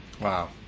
Wow